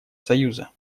союза